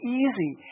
easy